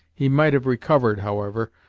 he might have recovered, however,